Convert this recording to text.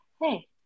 hey